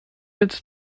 its